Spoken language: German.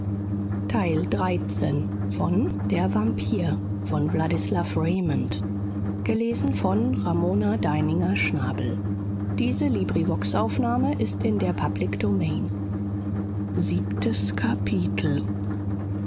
man in der